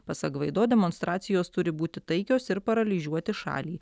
pasak gvaido demonstracijos turi būti taikios ir paralyžiuoti šalį